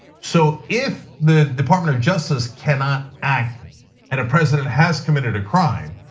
so, if the department of justice cannot act and a president has committed a crime,